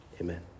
amen